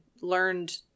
learned